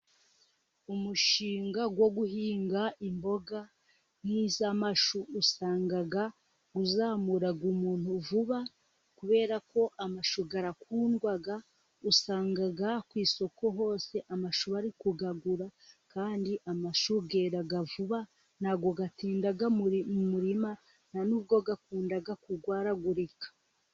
Umushinga wo guhinga imboga, nk'iza'amashu, usanga uzamura umuntu vuba, kubera ko amashu arakundwa, usanga ku isoko hose, amashu bari kuyagura kandi amashu yera vuba, ntago atinda mu murima, nta n'ubwo akunda kurwaragurika.